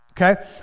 Okay